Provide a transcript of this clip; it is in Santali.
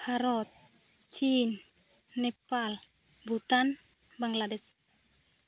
ᱵᱷᱟᱨᱚᱛ ᱪᱤᱱ ᱱᱮᱯᱟᱞ ᱵᱷᱩᱴᱟᱱ ᱵᱟᱝᱞᱟᱫᱮᱥ